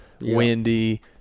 windy